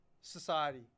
society